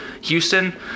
Houston